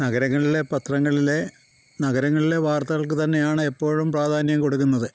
നഗരങ്ങളിലെ പത്രങ്ങളിലെ നഗരങ്ങളിലെ വാർത്തകൾക്ക് തന്നെയാണ് എപ്പോഴും പ്രാധാന്യം കൊടുക്കുന്നത്